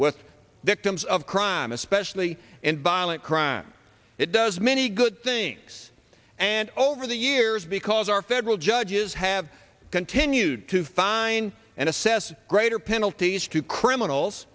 with victims of crime especially in violent crime it does many good things and over the years because our federal judges have continued to find and assess greater penalties to criminals